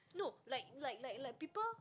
no like like like like people